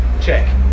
check